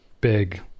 big